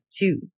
two